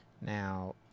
Now